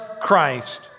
Christ